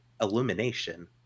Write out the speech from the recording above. Illumination